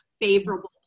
favorable